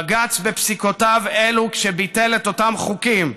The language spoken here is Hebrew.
בג"ץ, בפסיקותיו אלה, כשביטל את אותם חוקים,